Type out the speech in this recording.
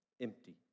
empty